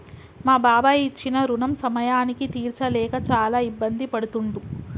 మా బాబాయి ఇచ్చిన రుణం సమయానికి తీర్చలేక చాలా ఇబ్బంది పడుతుండు